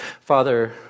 Father